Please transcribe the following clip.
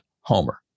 Homer